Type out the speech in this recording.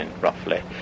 roughly